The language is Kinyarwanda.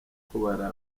kubara